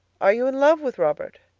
are you in love with robert?